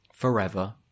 Forever